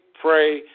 pray